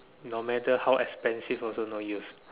no matter how expensive also no use